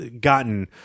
gotten